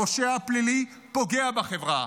הפושע הפלילי פוגע בחברה,